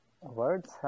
words